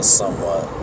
somewhat